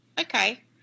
Okay